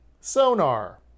sonar